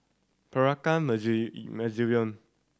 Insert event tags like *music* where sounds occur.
Peranakan *unintelligible* Museum